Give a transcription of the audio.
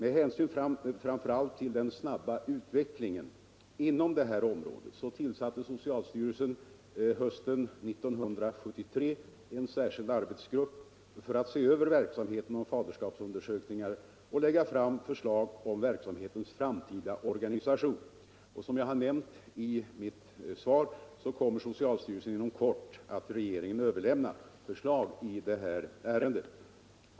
Med hänsyn främst till den snabba utvecklingen inom detta område tillsatte socialstyrelsen under hösten 1973 en särskild arbetsgrupp för att se över verksamheten med faderskapsundersökningar och lägga fram förslag om verksamhetens framtida organisation. Som jag nämnt i mitt svar kommer socialstyrelsen inom kort att till regeringen överlämna förslag i ärendet.